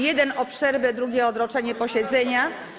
Jeden - o przerwę, drugi - o odroczenie posiedzenia.